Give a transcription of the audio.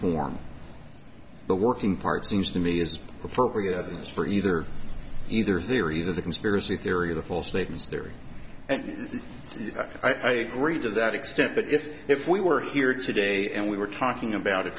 form the working part seems to me is appropriate in this for either either theory that the conspiracy theory or the false statements there and i agree to that extent that if if we were here today and we were talking about a